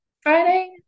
Friday